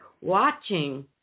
watching